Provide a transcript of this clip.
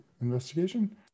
Investigation